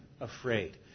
afraid